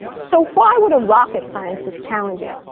so why would a rocket scientist challenge it?